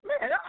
man